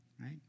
right